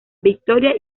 victoria